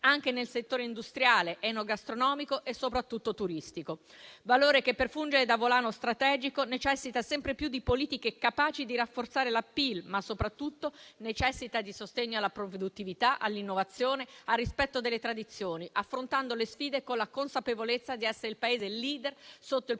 anche nel settore industriale, enogastronomico e soprattutto turistico; valore che, per fungere da volano strategico, necessita sempre più di politiche capaci di rafforzare l'*appeal*, ma soprattutto necessita di sostegno alla produttività, all'innovazione e al rispetto delle tradizioni, affrontando le sfide con la consapevolezza di essere il Paese *leader* sotto il